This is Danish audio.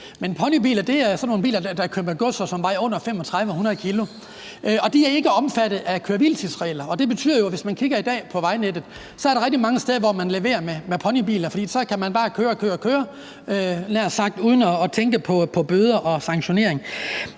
men ponybiler er sådan nogle biler, der kører med gods, og som vejer under 3.500 kg, og de er ikke omfattet af køre-hvile-tids-reglerne. Det betyder jo, at hvis man kigger på vejnettet i dag, er der rigtig mange steder, hvor man leverer med ponybiler, for så kan man bare køre og køre uden at tænke på bøder og sanktionering.